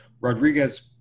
Rodriguez